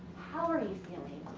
how are you feeling?